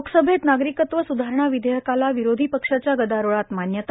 लोकसभेत नागरिकत्व स्धारणा विधेयकाला विरोधी पक्षाच्या गदारोळात मान्यता